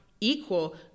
equal